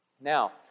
Now